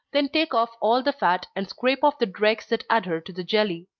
then take off all the fat, and scrape off the dregs that adhere to the jelly.